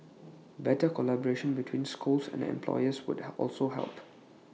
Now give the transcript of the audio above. better collaboration between schools and employers would also help